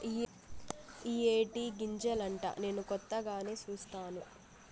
ఇయ్యే టీ గింజలంటా నేను కొత్తగానే సుస్తాను